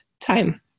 time